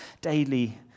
daily